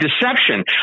deception